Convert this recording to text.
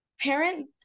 parent